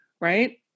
right